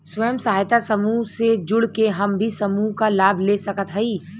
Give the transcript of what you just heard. स्वयं सहायता समूह से जुड़ के हम भी समूह क लाभ ले सकत हई?